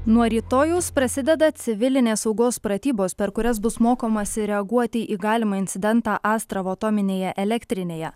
nuo rytojaus prasideda civilinės saugos pratybos per kurias bus mokomasi reaguoti į galimą incidentą astravo atominėje elektrinėje